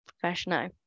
Professional